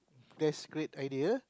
that's great idea